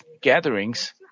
gatherings